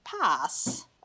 pass